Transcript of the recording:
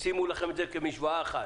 שימו לכם את זה כמשוואה אחת,